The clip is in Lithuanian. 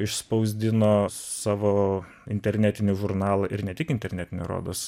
išspausdino savo internetinį žurnalą ir ne tik internetinį rodos